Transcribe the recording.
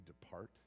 depart